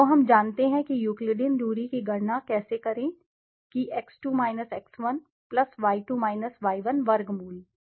तो हम जानते हैं कि यूक्लिडियन दूरी की गणना कैसे करें कि x2 X1 y2 y1 वर्गमूल